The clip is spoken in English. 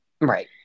right